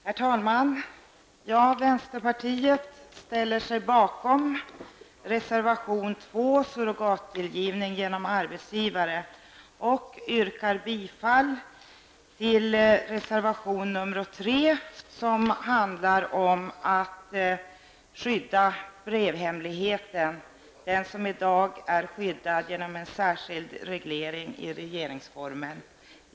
Herr talman! Vänsterpartiet ställer sig bakom reservation nr 2 Surrogatdelgivning genom arbetsgivare, och yrkar bifall till reservation nr 3 som handlar om skydd av brevhemligheten. Den är i dag skyddad genom en särskild reglering i regeringsformen.